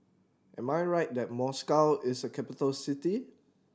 am I right that Moscow is a capital city